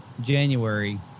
january